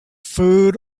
food